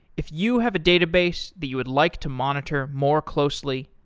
if you have a database that you would like to monitor more closely,